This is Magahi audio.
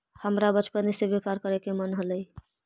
हमरा बचपने से व्यापार करे के मन हलई